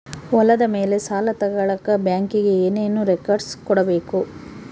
ಹೊಲದ ಮೇಲೆ ಸಾಲ ತಗಳಕ ಬ್ಯಾಂಕಿಗೆ ಏನು ಏನು ರೆಕಾರ್ಡ್ಸ್ ಕೊಡಬೇಕು?